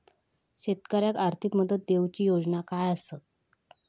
शेतकऱ्याक आर्थिक मदत देऊची योजना काय आसत?